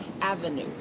Avenue